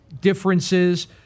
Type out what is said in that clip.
differences